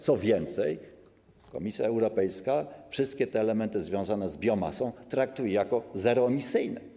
Co więcej, Komisja Europejska wszystkie te elementy związane z biomasą traktuje jako zeroemisyjne.